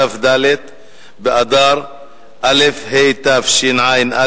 כ"ד באדר א' התשע"א,